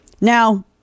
Now